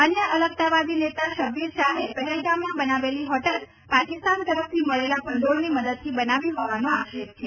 અન્ય અલગતાવાદી નેતા સબ્બીર શાહે પહેલગામમાં બનાવેલી હોટેલ પાકિસ્તાન તરફથી મળેલા ભંડોળની મદદથી બનાવી હોવાની આક્ષેપ છે